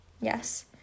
Yes